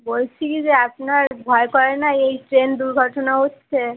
বলছি কি যে আপনার ভয় করে না এই ট্রেন দুর্ঘটনা হচ্ছে